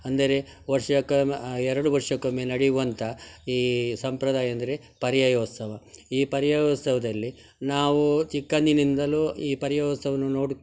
ಅಂದರೆ ವರ್ಷಕ್ಕೊಮ್ಮೆ ಎರಡು ವರ್ಷಕ್ಕೊಮ್ಮೆ ನಡೆಯುವಂಥ ಈ ಸಂಪ್ರದಾಯ ಅಂದರೆ ಪರ್ಯಾಯ ಉತ್ಸವ ಈ ಪರ್ಯಾಯ ಉತ್ಸವದಲ್ಲಿ ನಾವು ಚಿಕ್ಕಂದಿನಿಂದಲೂ ಈ ಪರ್ಯಾಯ ಉತ್ಸವವನ್ನು ನೋಡುತ್ತೆ